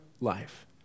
life